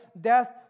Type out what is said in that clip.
death